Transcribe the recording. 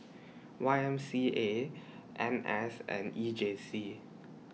Y M C A N S and E J C